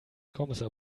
kommissar